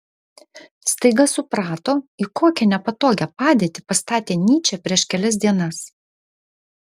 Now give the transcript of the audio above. staiga suprato į kokią nepatogią padėtį pastatė nyčę prieš kelias dienas